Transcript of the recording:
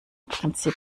prinzip